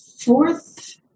fourth